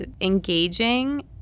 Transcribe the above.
engaging